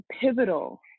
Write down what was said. pivotal